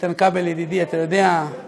איתן כבל, ידידי, אתה יודע מה